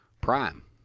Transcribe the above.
Prime